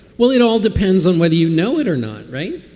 well, it all depends on whether you know it or not. right.